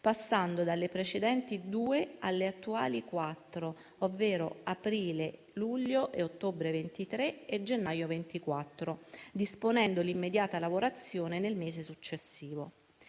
passando dalle precedenti due alle attuali quattro, ovvero aprile, luglio e ottobre 2023 e gennaio 2024, disponendo l'immediata lavorazione nel mese successivo.